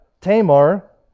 Tamar